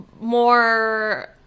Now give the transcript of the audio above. more